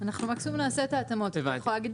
אנחנו מבקשים כעת לשנות את הסיפה כך שיירשם